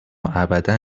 ابدا